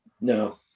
No